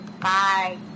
Bye